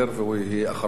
והוא יהיה אחרון הדוברים.